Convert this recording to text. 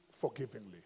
forgivingly